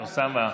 ואוסאמה.